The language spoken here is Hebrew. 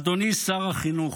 אדוני שר החינוך,